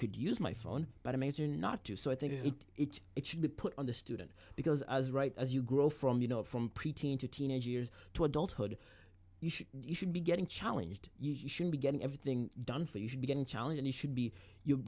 could use my phone but imagine not to so i think it should be put on the student because as right as you grow from you know from pre teen to teenage years to adulthood you should be getting challenged you should be getting everything done for you should be getting challenge and it should be your